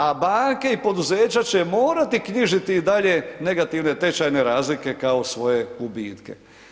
A banke i poduzeća će morati knjižiti i dalje negativne tečajne razlike kao svoje gubitke.